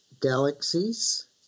galaxies